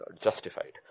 Justified